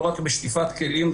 לא רק בשטיפת כלים,